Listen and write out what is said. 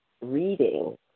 reading